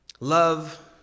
Love